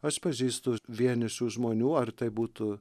aš pažįstu vienišų žmonių ar tai būtų